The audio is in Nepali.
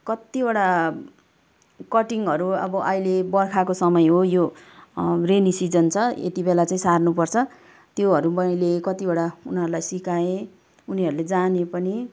कतिवटा कटिङहरू अब अहिले बर्खाको समय हो यो रेनी सिजन छ यति बेला चाहिँ सार्नुपर्छ त्योहरू मैले कतिवटा उनीहरूलाई सिकाएँ उनीहरूले जान्यो पनि